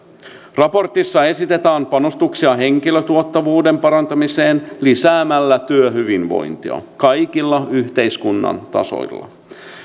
raportissa esitetään panostuksia henkilötuottavuuden parantamiseen lisäämällä työhyvinvointia kaikilla yhteiskunnan tasoilla